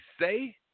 say